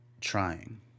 trying